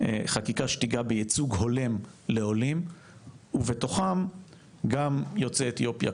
חקיקה שתיגע בייצוג הולם לעולים ובתוכם גם יוצאי אתיופיה,